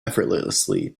effortlessly